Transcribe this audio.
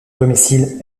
domicile